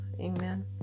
Amen